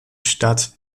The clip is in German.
stadt